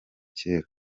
kera